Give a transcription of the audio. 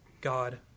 God